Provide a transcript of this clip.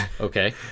Okay